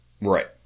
Right